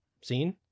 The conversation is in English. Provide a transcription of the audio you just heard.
seen